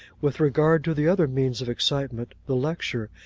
with regard to the other means of excitement, the lecture,